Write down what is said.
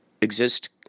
exist